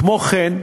כמו כן,